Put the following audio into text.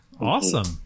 Awesome